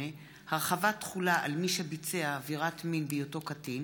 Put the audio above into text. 8) (הרחבת תחולה על מי שביצע עבירת מין בהיותו קטין),